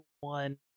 one